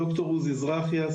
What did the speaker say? ד"ר עוזי זרחיה,